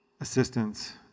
assistance